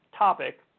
topic